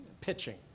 pitching